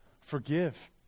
Forgive